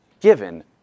given